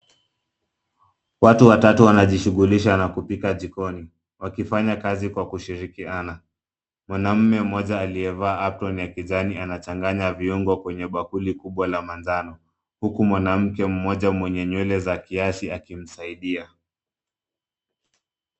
Watu watatu wanajishugulisha na kupika jikoni, wakifanya kazi kwa kushirikiana. Mwanamume mmoja aliyevaa cs[apron]cs ya kijani anachanganya viungo kwenye bakuli kubwa la manjano. Huku mwanamke mmoja mwenye nywele za kiasi akimsaidia.